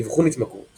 אבחון התמכרות